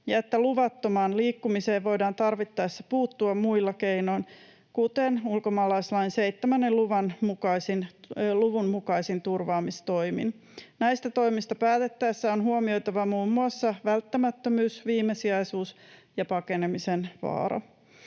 ja että luvattomaan liikkumiseen voidaan tarvittaessa puuttua muilla keinoin, kuten ulkomaalaislain 7 luvun mukaisin turvaamistoimin. Näistä toimista päätettäessä on huomioitava muun muassa välttämättömyys, viimesijaisuus ja pakenemisen vaara.